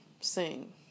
sing